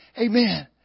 amen